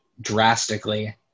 drastically